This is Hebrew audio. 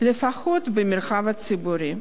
לפחות במרחב הציבורי.